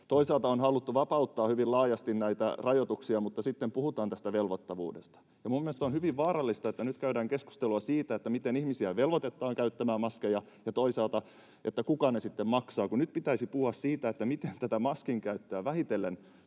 Toisaalta on haluttu vapauttaa hyvin laajasti näitä rajoituksia mutta sitten puhutaan tästä velvoittavuudesta. Ja minun mielestäni on hyvin vaarallista, että nyt käydään keskustelua siitä, miten ihmisiä velvoitetaan käyttämään maskeja, ja toisaalta siitä, kuka ne sitten maksaa, kun nyt pitäisi puhua siitä, miten tästä maskin käytöstä vähitellen